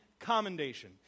commendation